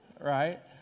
Right